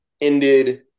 ended